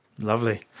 Lovely